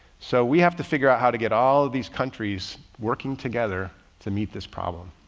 so we have to figure out how to get all of these countries working together to meet this problem.